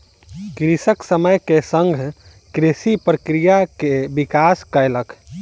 कृषक समय के संग कृषि प्रक्रिया के विकास कयलक